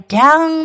down